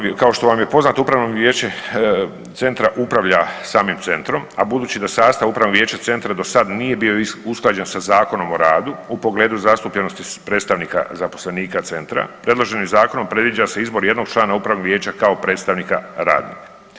Upravno, kao što vam je poznato upravno vijeće centra upravlja samim centrom, a budući da sastav upravnog vijeća centra do sada nije bio usklađen sa Zakonom o radu u pogledu zastupljenosti predstavnika zaposlenika centra, predloženim zakonom predviđa se izbor jednog člana upravnog vijeća kao predstavnika radnika.